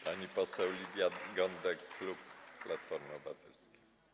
Pani poseł Lidia Gądek, klub Platforma Obywatelska.